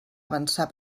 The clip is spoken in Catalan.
avançar